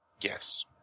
Yes